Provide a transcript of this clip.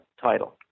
title